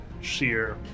sheer